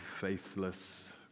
faithless